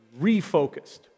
refocused